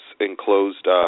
enclosed